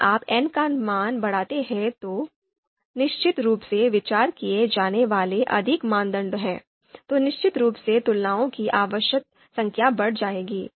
यदि आप n का मान बढ़ाते हैं तो निश्चित रूप से विचार किए जाने वाले अधिक मानदंड हैं तो निश्चित रूप से तुलनाओं की आवश्यक संख्या बढ़ जाएगी